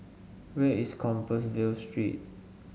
where is Compassvale Street